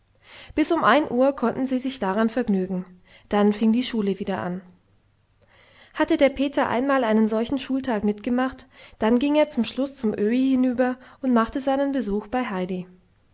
bis um ein uhr konnten sie sich daran vergnügen dann fing die schule wieder an hatte der peter einmal einen solchen schultag mitgemacht dann ging er am schluß zum öhi hinüber und machte seinen besuch beim heidi